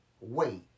wait